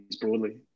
broadly